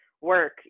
work